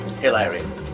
hilarious